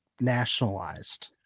nationalized